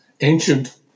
ancient